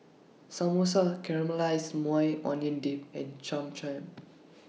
Samosa Caramelized Maui Onion Dip and Cham Cham